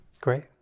Great